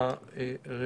הצבעה ההסתייגות לא אושרה.